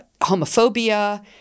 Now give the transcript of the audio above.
homophobia